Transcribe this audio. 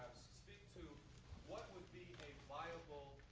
speak to what would be a viable